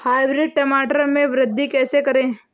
Hybrid टमाटर में वृद्धि कैसे करें?